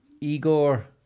Igor